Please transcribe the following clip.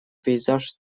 пейзаж